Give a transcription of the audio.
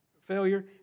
failure